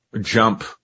jump